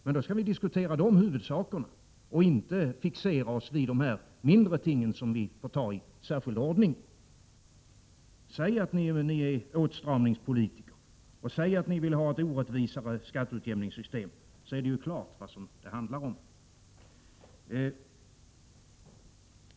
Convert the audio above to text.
Men då skall vi diskutera de huvudsakerna och inte fixera oss vid dessa mindre ting, som vi då får ta i särskild ordning. Säg att ni är åtstramningspolitiker, och säg att ni vill ha ett orättvisare skatteutjämningssystem, så det står klart vad det handlar om.